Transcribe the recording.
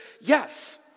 yes